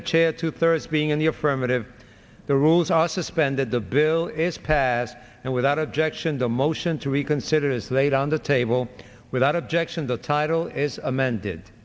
the chair two thirds being in the affirmative the rules are suspended the bill is passed and without objection the motion to reconsider is laid on the table without objection the title is amended